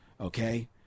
Okay